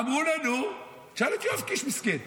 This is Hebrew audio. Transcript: אמרו לנו, תשאל את יואב קיש, מסכן.